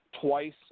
twice